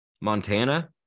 Montana